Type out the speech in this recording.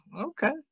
Okay